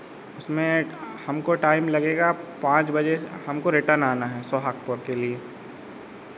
उसमें हमको टाइम लगेगा पाँच बजे से हमको रिटर्न आना है सोहागपुर के लिए